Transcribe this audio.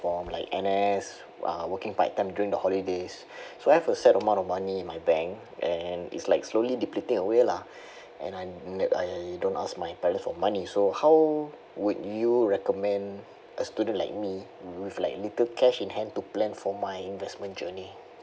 from like N_S uh working part time during the holidays so I have a set amount of money in my bank and it's like slowly depleting away lah and I ne~ I don't ask my parents for money so how would you recommend a student like me with like little cash in hand to plan for my investment journey